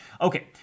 Okay